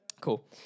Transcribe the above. Cool